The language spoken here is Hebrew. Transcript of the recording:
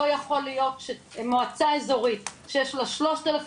לא יכול להיות שמועצה אזורית שיש לה 3,000